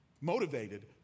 motivated